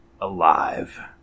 alive